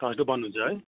Thursday बन्द हुन्छ है